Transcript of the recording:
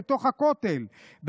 בתוך הכותל,